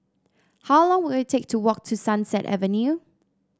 how long will it take to walk to Sunset Avenue